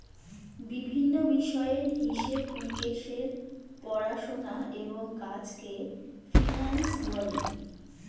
বিভিন্ন বিষয়ের হিসেব নিকেশের পড়াশোনা এবং কাজকে ফিন্যান্স বলে